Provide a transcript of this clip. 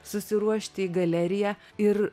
susiruošti į galeriją ir